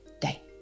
day